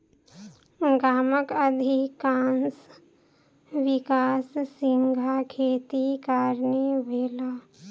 गामक अधिकाँश विकास झींगा खेतीक कारणेँ भेल